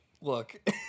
look